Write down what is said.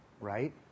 Right